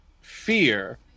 fear